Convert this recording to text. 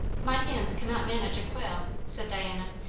my hands cannot manage quail! said diana,